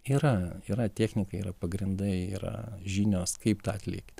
yra yra technika yra pagrindai yra žinios kaip tą atlikti